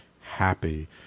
happy